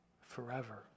forever